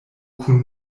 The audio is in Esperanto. kun